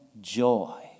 joy